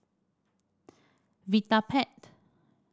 Vitapet